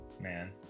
Man